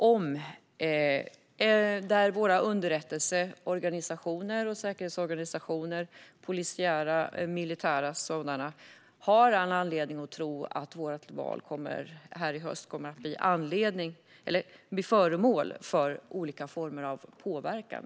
Våra polisiära och militära underrättelse och säkerhetsorganisationer har all anledning att tro att vårt val i höst kommer att bli föremål för olika former av påverkan.